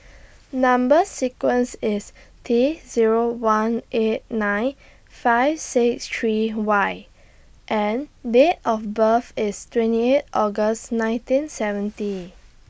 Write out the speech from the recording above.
Number sequence IS T Zero one eight nine five six three Y and Date of birth IS twenty eight August nineteen seventy